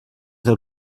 del